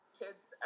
kids